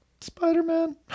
Spider-Man